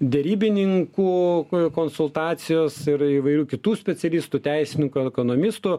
derybininkų konsultacijos ir įvairių kitų specialistų teisininkų ekonomistų